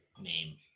name